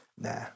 Nah